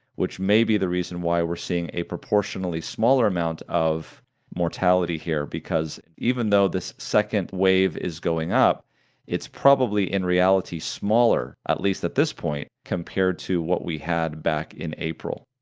which may be the reason why we're seeing a proportionally smaller amount of mortality here, because even though this second wave is going up it's probably in reality smaller at least at this point compared to what we had back in april.